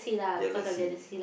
jealousy